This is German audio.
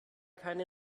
keine